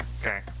Okay